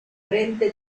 frente